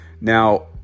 Now